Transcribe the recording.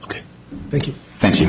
ok thank you thank you